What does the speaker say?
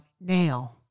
now